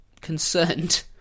concerned